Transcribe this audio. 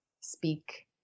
speak